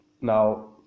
Now